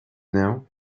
now